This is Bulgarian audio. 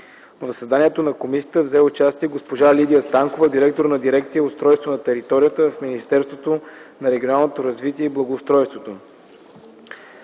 В заседанието на комисията взе участие госпожа Лидия Станкова – директор на дирекция „Устройство на територията” в Министерството на регионалното развитие и благоустройството.